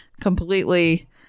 completely